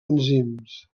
enzims